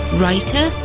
writer